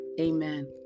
Amen